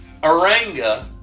Oranga